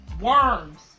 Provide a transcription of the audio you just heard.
worms